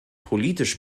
politisch